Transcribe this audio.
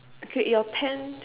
okay your tent